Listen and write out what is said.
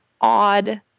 odd